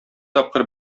тапкыр